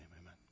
amen